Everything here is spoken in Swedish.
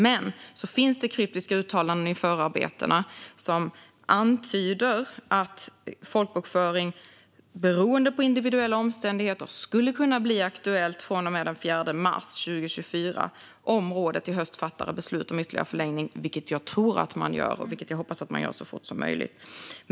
Men det finns kryptiska uttalanden i förarbetena som antyder att folkbokföring beroende på individuella omständigheter skulle kunna bli aktuellt från och med den 4 mars 2024 om rådet i höst fattar beslut om ytterligare förlängning, vilket jag tror att man gör och vilket jag hoppas att man gör så fort som möjligt.